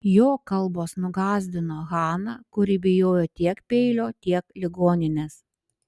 jo kalbos nugąsdino haną kuri bijojo tiek peilio tiek ligoninės